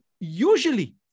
usually